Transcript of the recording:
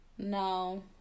No